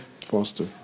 faster